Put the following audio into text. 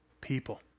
people